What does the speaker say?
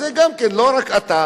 זה לא רק אתה,